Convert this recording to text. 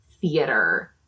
theater